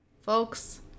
Folks